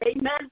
Amen